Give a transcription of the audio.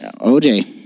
OJ